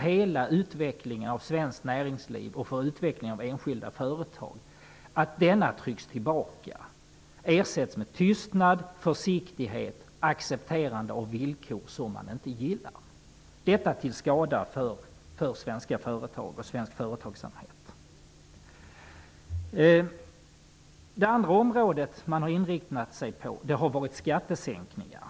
De anställda är som kreativa personer en resurs för företaget, och deras kritik och ifrågasättande av verksamhet är en oerhört viktig drivkraft för hela utvecklingen av svenskt näringsliv och för utvecklingen av enskilda företag. Det andra området som man har inriktat sig på har varit skattesänkningar.